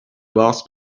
boss